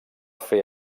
fer